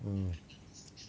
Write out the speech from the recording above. mm